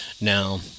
Now